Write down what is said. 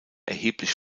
erheblich